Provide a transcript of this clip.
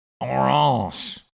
orange